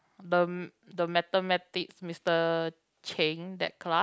the the mathematics Mister Cheng that class